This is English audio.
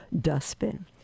dustbin